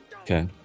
Okay